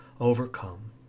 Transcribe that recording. overcome